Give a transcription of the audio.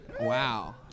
Wow